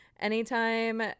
Anytime